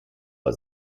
war